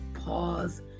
pause